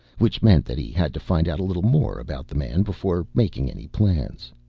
which meant that he had to find out a little more about the man before making any plans.